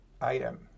item